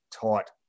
tight